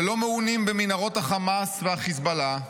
ולא מעונים במנהרות החמאס והחיזבאללה,